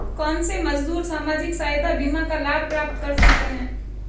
कौनसे मजदूर सामाजिक सहायता बीमा का लाभ प्राप्त कर सकते हैं?